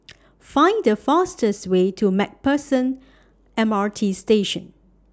Find The fastest Way to MacPherson M R T Station